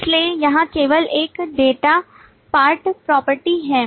इसलिए यहां केवल एक डेटा पार्ट प्रॉपर्टी है